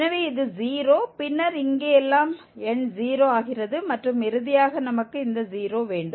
எனவே இது 0 பின்னர் இங்கே எல்லாம் எண் 0 ஆகிறது மற்றும் இறுதியாக நமக்கு இந்த 0 வேண்டும்